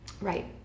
Right